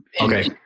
Okay